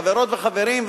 חברות וחברים,